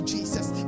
Jesus